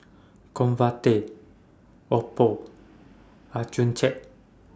Convatec Oppo Accucheck